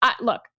look